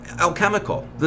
alchemical